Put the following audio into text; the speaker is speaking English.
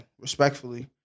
Respectfully